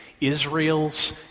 Israel's